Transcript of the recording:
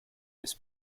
his